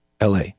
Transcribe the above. la